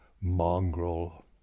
mongrel